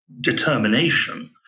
determination